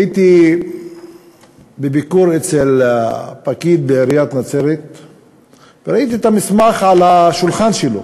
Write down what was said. הייתי בביקור אצל הפקיד בעיריית נצרת וראיתי את המסמך על השולחן שלו.